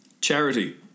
Charity